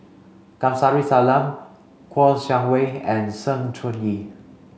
Kamsari Salam Kouo Shang Wei and Sng Choon Yee